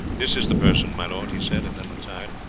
this is the person, my lord, he said, and then retired.